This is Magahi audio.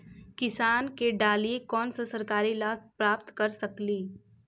किसान के डालीय कोन सा सरकरी लाभ प्राप्त कर सकली?